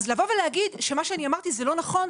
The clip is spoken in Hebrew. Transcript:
אז לבוא ולהגיד שמה שאני אמרתי זה לא נכון,